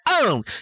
own